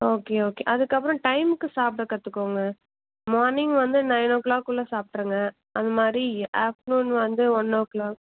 okay okay அதுக்கப்பறம் டைம்க்கு சாப்பிட கற்றுக்கோங்க மார்னிங் வந்து நைன் ஓ கிளாக்குள்ளே சாப்பிட்ருங்க அந்த மாதிரி ஆஃப்டர்நூன் வந்து ஒன் ஓ கிளாக்